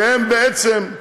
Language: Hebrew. שהם בעצם,